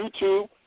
YouTube